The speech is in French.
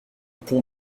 pont